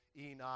Enoch